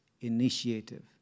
initiative